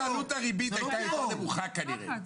אז עלות הריבית הייתה נמוכה יותר, כנראה.